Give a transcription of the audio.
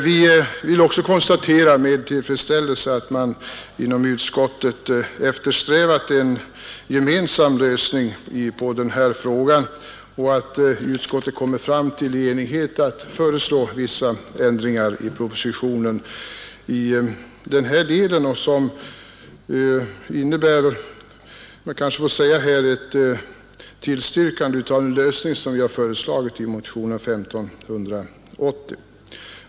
Vi vill också med tillfredsställelse konstatera att man inom utskottet eftersträvat en gemensam lösning på den frågan och att utskottet nått enighet när det gällt att föreslå vissa ändringar i propositionen i den här delen; de förslagen innebär att utskottet tillstyrker ett bifall till den lösning vi har förordat i motionen 1580.